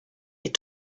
est